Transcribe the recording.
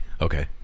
okay